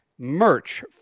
merch